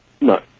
No